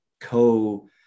co